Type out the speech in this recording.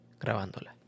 grabándola